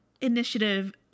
initiative